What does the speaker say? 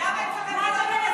למה אצלכם זה, לעזור לראש הממשלה.